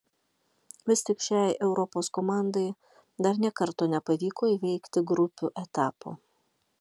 vis tik šiai europos komandai dar nė karto nepavyko įveikti grupių etapo